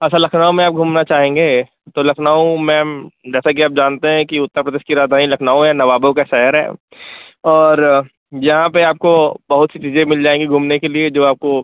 अच्छा लखनऊ में आप घूमना चाहेंगे तो लखनऊ मैम जैसा कि आप जानते हैं कि उत्तर प्रदेश की राज़धानी लखनऊ है नवाबों का शहर है और यहाँ पर आपको बहुत सी चीजें मिल जाएँगी घूमने के लिए जो आपको